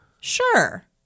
Sure